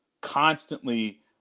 constantly